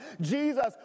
Jesus